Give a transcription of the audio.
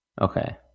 Okay